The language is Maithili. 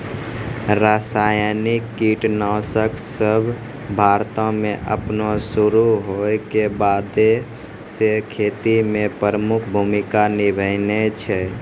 रसायनिक कीटनाशक सभ भारतो मे अपनो शुरू होय के बादे से खेती मे प्रमुख भूमिका निभैने छै